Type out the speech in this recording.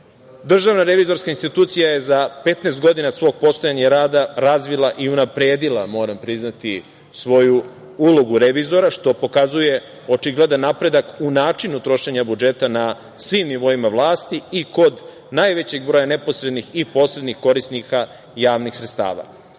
resurse. Državna revizorska institucija je za 15 godina svog postojanja i rada razvila i unapredila, moram priznati, svoju ulogu revizora, što pokazuje očigledan napredak u načinu trošenja budžeta na svim nivoima vlasti i kod najvećeg broja neposrednih i posrednih korisnika javnih sredstava. Danas